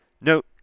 Note